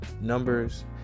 numbers